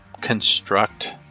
construct